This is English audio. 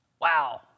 Wow